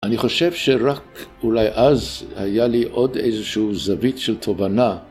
אני חושב שרק אולי אז היה לי עוד איזשהו זווית של תובנה.